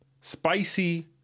spicy